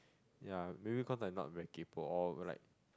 ya maybe cause I not very kaypo or like